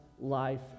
life